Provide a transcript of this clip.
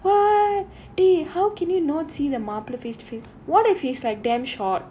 !wah! eh how can you not see the மாப்பிளை:mappilai face to face what if he's like damn short